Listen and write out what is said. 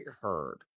heard